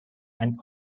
and